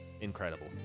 Incredible